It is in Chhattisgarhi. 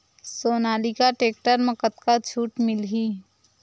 सोनालिका टेक्टर म कतका छूट मिलही?